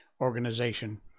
organization